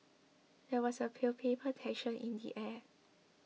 there was a palpable tension in the air